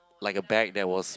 like a bag that was